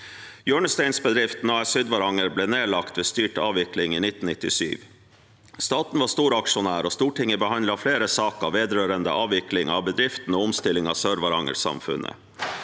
Hjørnesteinsbedriften A/S Sydvaranger ble nedlagt ved styrt avvikling i 1997. Staten var storaksjonær, og Stortinget behandlet flere saker vedrørende avvikling av bedriften og omstilling av Sør-Varanger-samfunnet.